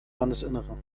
landesinnere